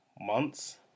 months